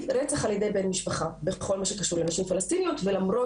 רצח על ידי בן משפחה בכל מה שקשור לנשים פלשתינאיות ולמרות